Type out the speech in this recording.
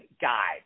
guide